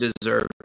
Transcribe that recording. Deserve